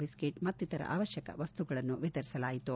biscuit ಮತ್ತಿತರ ಅವಶ್ವಕ ವಸ್ತುಗಳನ್ನು ವಿತರಿಸಲಾಯಿತು